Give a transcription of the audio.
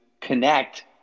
connect